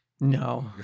No